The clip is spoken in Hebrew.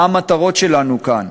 מה המטרות שלנו כאן?